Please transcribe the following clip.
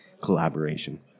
collaboration